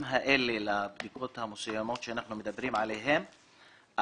האלה לבדיקות המסוימות שאנחנו מדברים עליהן,